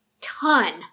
Ton